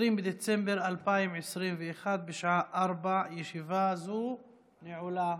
20 בדצמבר 2021, בשעה 16:00. ישיבה זו נעולה.